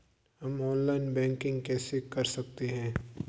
हम online banking कैसे कर सकते हैं?